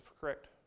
Correct